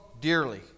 dearly